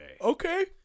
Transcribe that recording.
Okay